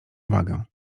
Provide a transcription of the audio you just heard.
uwagę